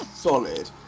solid